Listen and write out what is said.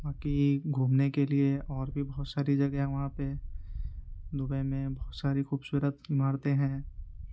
باقی گھومنے کے لیے اور بھی بہت ساری جگہیں ہیں وہاں پہ دبئی میں بہت ساری خوبصورت عمارتیں ہیں